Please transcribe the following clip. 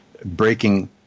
breaking